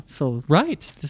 right